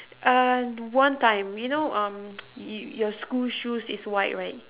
uh one time you know um y~ your school shoes is white right